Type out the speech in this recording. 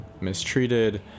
mistreated